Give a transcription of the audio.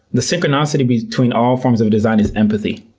the synchronicity between all forms of design is empathy.